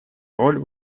роль